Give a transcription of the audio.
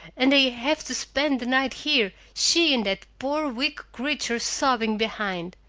and they have to spend the night here, she and that poor, weak creature sobbing behind!